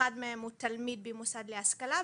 באחד מהם הוא תלמיד במוסד להשכלה,